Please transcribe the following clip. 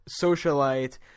socialite